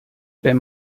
wenn